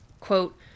Quote